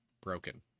broken